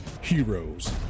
Heroes